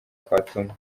fatuma